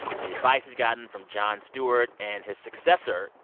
the advice he's gotten from jon stewart and his successor,